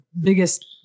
biggest